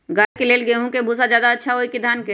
गाय के ले गेंहू के भूसा ज्यादा अच्छा होई की धान के?